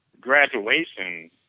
graduation